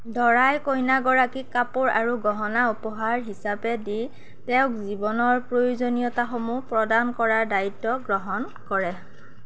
দৰাই কইনাগৰাকীক কাপোৰ আৰু গহনা উপহাৰ হিচাপে দি তেওঁক জীৱনৰ প্ৰয়োজনীয়তাসমূহ প্ৰদান কৰাৰ দায়িত্ব গ্ৰহণ কৰে